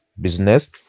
business